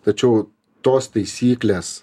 tačiau tos taisyklės